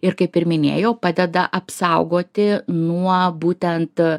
ir kaip ir minėjau padeda apsaugoti nuo būtent